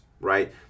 right